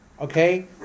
okay